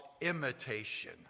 imitation